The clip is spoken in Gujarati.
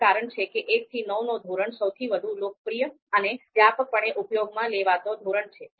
આ જ કારણ છે કે 1 થી 9 નો ધોરણ સૌથી વધુ લોકપ્રિય અને વ્યાપકપણે ઉપયોગમાં લેવાતો ધોરણ છે